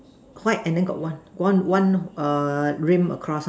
white and then got one one one err rim across ah